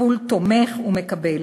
טיפול תומך ומקבל.